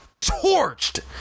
torched